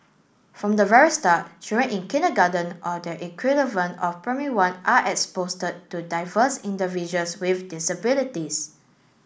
from the very start children in kindergarten or their equivalent of Primary One are expose to diverse individuals with disabilities